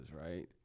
right